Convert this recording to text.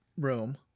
room